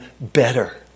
better